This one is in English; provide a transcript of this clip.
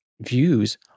views